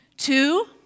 Two